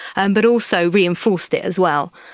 and but also reinforced it as well.